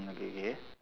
okay K